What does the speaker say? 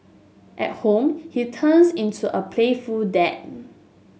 at home he turns into a playful dad